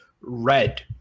Red